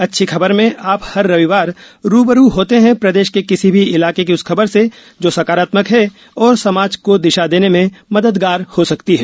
अच्छी ँखबर में आप हर रविवार रू ब रू होते हैं प्रदेश के किसी भी इलाके की उस खबर से जो सकारात्मक है और समाज को दिशा देने में मददगार हो सकती है